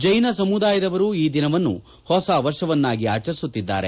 ಜೈನ ಸಮುದಾಯದವರು ಈ ದಿನವನ್ನು ಹೊಸ ವರ್ಷವನ್ನಾಗಿ ಆಚರಿಸುತ್ತಿದ್ದಾರೆ